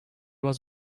was